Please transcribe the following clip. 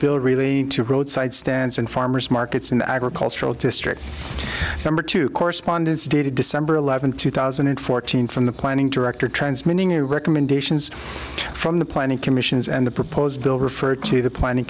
bill really two roadside stands and farmers markets in the agricultural district number two correspondents dated december eleventh two thousand and fourteen from the planning director transmitting the recommendations from the planning commissions and the proposed bill referred to the planning